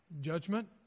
judgment